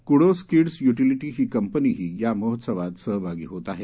kudos Kids Utility ही कंपनीही या महोत्सवात सहभागी होत आहे